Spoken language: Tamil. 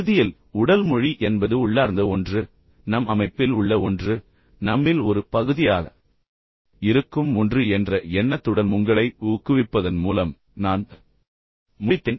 இறுதியில் உடல் மொழி என்பது உள்ளார்ந்த ஒன்று நம் அமைப்பில் உள்ள ஒன்று நம்மில் ஒரு பகுதியாக இருக்கும் ஒன்று என்ற எண்ணத்துடன் உங்களை ஊக்குவிப்பதன் மூலம் நான் முடித்தேன்